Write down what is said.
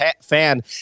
fan